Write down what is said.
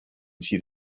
sydd